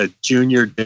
Junior